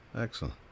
Excellent